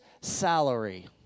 salary